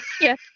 Yes